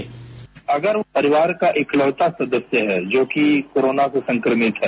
bite अगर परिवार का इकलौता सदस्य है जो कि कोरोना से संक्रमित है